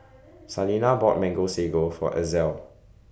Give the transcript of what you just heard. Salina bought Mango Sago For Ezell